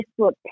Facebook